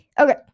Okay